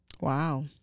Wow